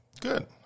Good